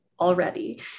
already